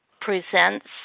Presents